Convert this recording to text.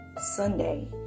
Sunday